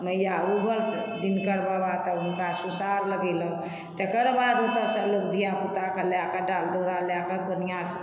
मैया उगल तऽ दिनकर बाबा तऽ हुनका सुसार लगेलक तकरबाद ओतयसँ लोक धियापुताकेँ लए कऽ डाल दौरा लए कऽ कोनिआँ